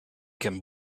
can